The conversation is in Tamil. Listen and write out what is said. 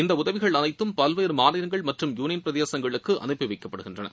இந்த உதவிகள் அனைத்தும் பல்வேறு மாநிலங்கள் மற்றும் யூனியன் பிரதேசங்களுக்கு அனுப்பி வைக்கப்படுகின்றன